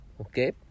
okay